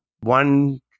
one